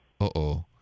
Uh-oh